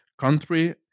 country